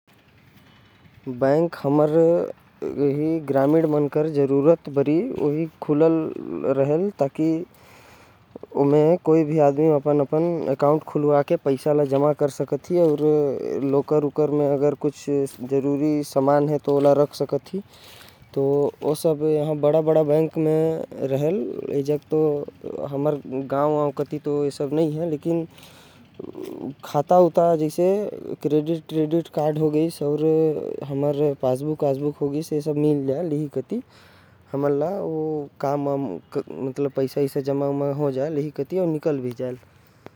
बैंक ओ चीज़ हवे जहा कोई भी अपन एकाउंट खुलवा सकत हवे। जेकर म कोई भी अपन पैसा अउ हीरा जेवरात रख सकत हवे। हमर कति तो बैंक तो नही हवे। लेकिन ग्रामीण मन के भी बैंक म एकाउंट होना चाही।